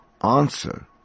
answer